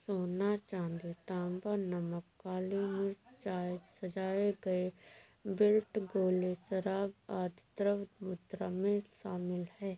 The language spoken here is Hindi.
सोना, चांदी, तांबा, नमक, काली मिर्च, चाय, सजाए गए बेल्ट, गोले, शराब, आदि द्रव्य मुद्रा में शामिल हैं